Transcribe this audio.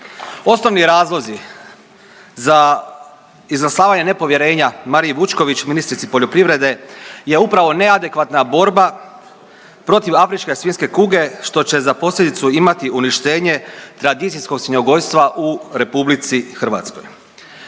Osnovni razlozi za izglasavanje nepovjerenja Mariji Vučković ministrici poljoprivrede je upravo neadekvatna borba protiv afričke svinjske kuge što će za posljedicu imati uništenje tradicijskog svinjogojstva u RH. Još prije